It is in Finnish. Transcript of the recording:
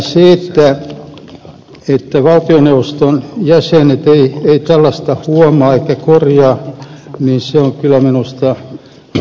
se että valtioneuvoston jäsenet eivät tällaista huomaa eivätkä korjaa on kyllä minusta asiantuntemuksen puutetta